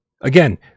Again